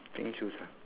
pink shoes ah